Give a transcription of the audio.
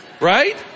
right